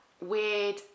weird